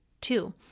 Two